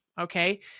Okay